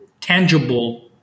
tangible